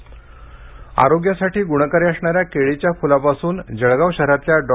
केळी सप आरोग्यासाठी गुणकारी असणाऱ्या केळीच्या फुलापासून जळगाव शहरातल्या डॉ